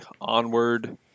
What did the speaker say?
Onward